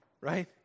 Right